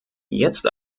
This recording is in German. jetzt